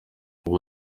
ubu